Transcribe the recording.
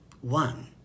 One